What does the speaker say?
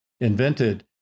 invented